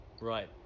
Right